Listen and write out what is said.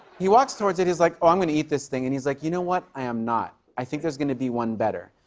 he walks towards it. he's like, oh, i'm gonna eat this thing. and he's like, you know what? i am not. i think there's gonna be one better.